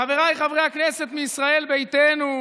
חבריי חברי הכנסת מישראל ביתנו.